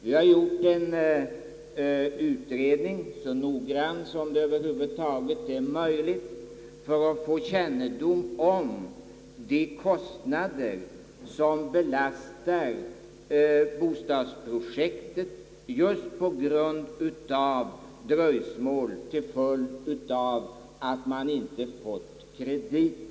Det har gjorts en utredning, så noggrann som över huvud taget är möjligt, för att få kännedom om de kostnader som belastar bostadsprojekt just på grund av dröjsmål till följd av att man inte fått krediter.